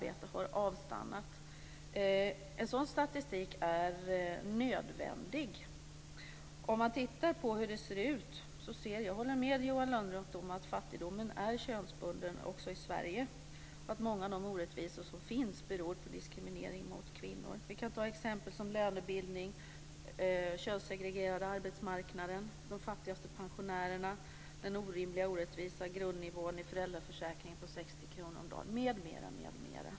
En sådan statistik är nödvändig. Om man tittar på hur det ser ut så ser man att fattigdomen är könsbunden också i Sverige. Det håller jag med Johan Lönnroth om. Många av de orättvisor som finns beror på diskriminering av kvinnor. Vi kan ta exempel som lönebildning, den könssegregerade arbetsmarknaden, de fattigaste pensionärerna, den orimliga och orättvisa grundnivån i föräldraförsäkringen på 60 kr om dagen m.m.